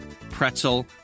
pretzel